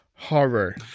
Horror